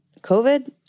covid